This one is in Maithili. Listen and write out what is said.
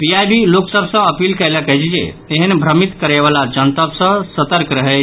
पीआईबी लोक सभ सँ अपील कयलक अछि जे एहेन भ्रमित करय वला जनतबक सँ सतर्क रहैथ